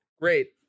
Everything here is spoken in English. Great